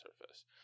surface